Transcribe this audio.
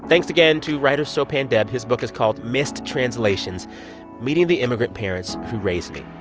thanks again to writer sopan deb. his book is called missed translations meeting the immigrant parents who raised me.